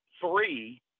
three